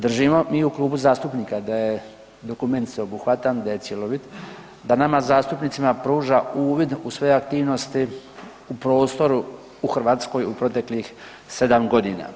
Držimo mi u klubu zastupnika da je dokument sveobuhvatan, da je cjelovit, da nama zastupnicima pruža uvid u sve aktivnosti u prostoru u Hrvatskoj u proteklih 7 godina.